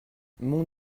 mon